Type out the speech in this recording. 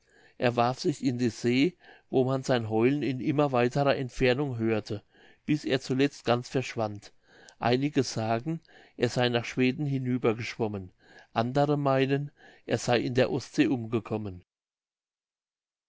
er warf sich in die see wo man sein heulen in immer weiterer entfernung hörte bis er zuletzt ganz verschwand einige sagen er sey nach schweden hinübergeschwommen andere meinen er sey in der ostsee umgekommen